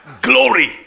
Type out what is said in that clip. Glory